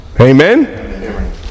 Amen